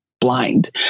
blind